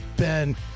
Ben